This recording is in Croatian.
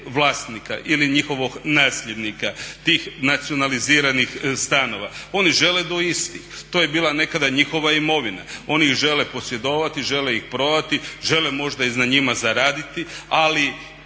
vlasnika, ili njihovog nasljednika tih nacionaliziranih stanova, oni žele do istih. To je bila nekada njihova imovina. Oni žele posjedovati, žele ih prodati, žele možda i na njima zaraditi. Ali